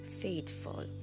Faithful